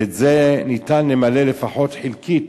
ואת זה ניתן למלא לפחות חלקית